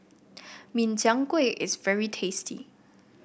Min Chiang Kueh is very tasty